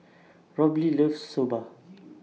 Robley loves Soba